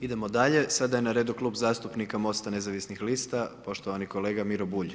Idemo dalje, sada je na redu Klub zastupnika MOST-a nezavisnih lista, poštovani kolega Miro Bulj.